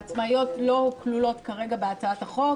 עצמאיות לא כלולות כרגע בהצעת החוק.